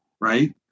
right